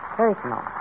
personal